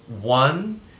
One